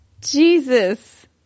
Jesus